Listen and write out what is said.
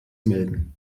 melden